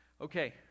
Okay